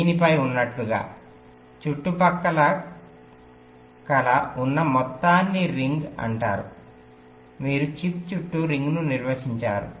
దీనిపై ఉన్నట్లుగా చుట్టుపక్కల ఉన్న మొత్తాన్ని రింగ్ అంటారు మీరు చిప్ చుట్టూ రింగ్ను నిర్వచించారు